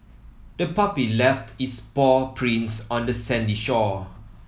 the puppy left its paw prints on the sandy shore